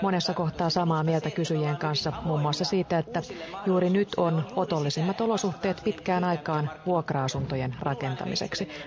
minusta se että me olemme hyvin avoimia uusille mahdollisuuksille on juuri sitä että me vastaamme siihen kysyntään mikä markkinoilta tulee